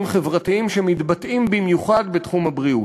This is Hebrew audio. חברתיים שמתבטאים במיוחד בתחום הבריאות.